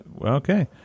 Okay